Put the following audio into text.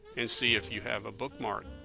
and see if you have a bookmark